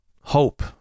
hope